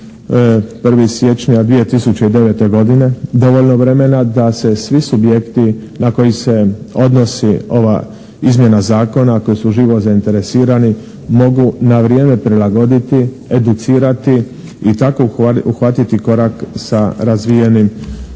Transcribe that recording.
1. siječnja 2009. godine dovoljno vremena da se svi subjekti na koji se odnosi ova izmjena zakona koji su živo zainteresirani mogu na vrijeme prilagoditi, educirati i tako uhvatiti korak sa razvijenim